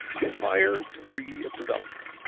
higher degree of development?